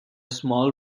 small